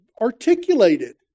articulated